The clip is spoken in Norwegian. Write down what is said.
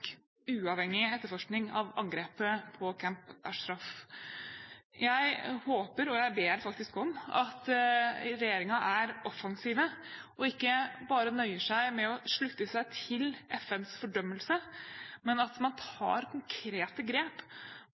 uavhengig etterforskning av angrepet på Camp Ashraf. Jeg håper, ja faktisk ber om at regjeringen er offensiv og ikke bare nøyer seg med å slutte seg til FNs fordømmelse, men tar konkrete grep for å bidra til at